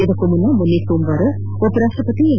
ಇದಕ್ಕೂ ಮುನ್ನ ಮೊನ್ನೆ ಸೋಮವಾರ ಉಪರಾಷ್ಷಪತಿ ಎಂ